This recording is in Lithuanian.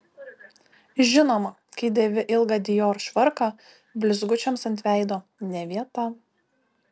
žinoma kai dėvi ilgą dior švarką blizgučiams ant veido ne vieta